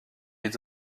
est